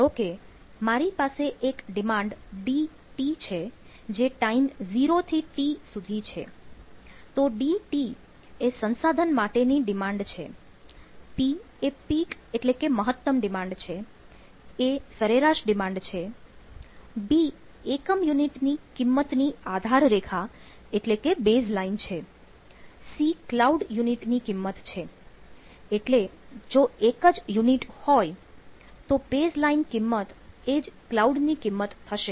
ધારો કે મારી પાસે એક ડિમાન્ડ D કિંમત એ જ કલાઉડ ની કિંમત થશે